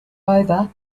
over